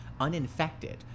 uninfected